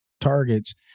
targets